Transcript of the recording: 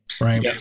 right